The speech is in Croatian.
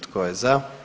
Tko je za?